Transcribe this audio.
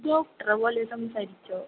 doctor ओलिनं सच्चो